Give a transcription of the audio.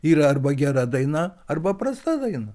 yra arba gera daina arba prasta daina